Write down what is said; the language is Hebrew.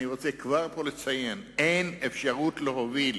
אני רוצה כבר פה לציין: אין אפשרות להוביל